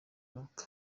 mwaka